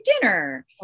dinner